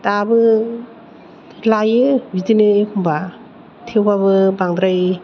दाबो लाइयो बिदिनो एखम्बा थेवबाबो बांद्राय